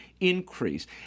increase